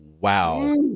wow